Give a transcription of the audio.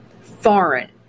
foreign